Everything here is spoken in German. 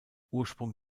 ursprung